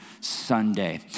Sunday